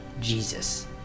Jesus